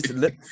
look